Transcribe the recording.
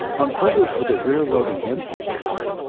on printers with a rear-loading input tray,